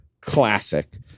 classic